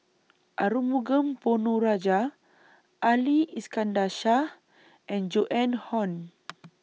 Arumugam Ponnu Rajah Ali Iskandar Shah and Joan Hon